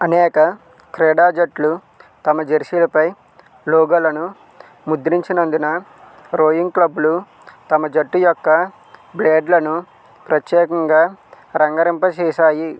అనేక క్రీడా జట్లు తమ జెర్సీలపై లోగోలను ముద్రించినందున రోయింగ్ క్లబ్బులు తమ జట్టు యొక్క బ్లేడ్లను ప్రత్యేకంగా రంగరింప చేశాయి